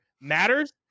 matters